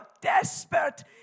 desperate